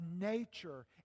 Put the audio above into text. nature